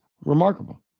remarkable